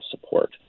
support